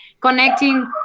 connecting